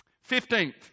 Fifteenth